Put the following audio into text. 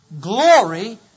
glory